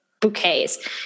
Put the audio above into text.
bouquets